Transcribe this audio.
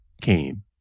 came